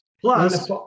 Plus